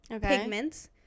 pigments